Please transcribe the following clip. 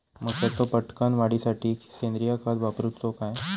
मक्याचो पटकन वाढीसाठी सेंद्रिय खत वापरूचो काय?